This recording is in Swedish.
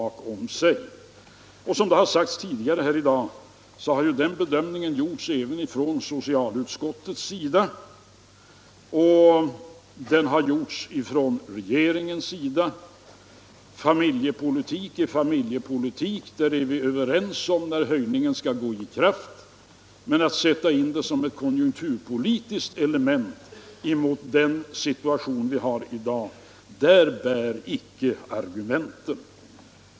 Som det har sagts tidigare här i dag har den bedömningen gjorts även från socialutskottets och från regeringens sida. Familjepolitik är familjepolitik — där är vi överens om när höjningen skall träda i kraft. Men att sätta in barnbidragshöj ningen som ett konjunkturpolitiskt element emot den situation vi har i dag är inte motiverat — där bär icke argumenten.